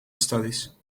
studies